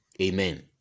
amen